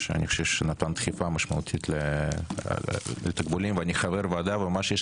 שאני חושב שנתן דחיפה משמעותית לתקבולים ואני חבר ועדה וממש יש